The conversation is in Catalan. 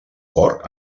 porc